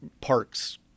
parks